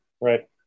right